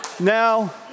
Now